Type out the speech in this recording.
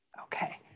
Okay